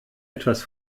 etwas